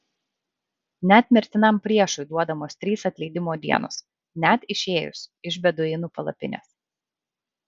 net mirtinam priešui duodamos trys atleidimo dienos net išėjus iš beduinų palapinės